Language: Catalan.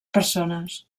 persones